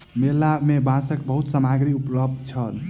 मेला में बांसक बहुत सामग्री उपलब्ध छल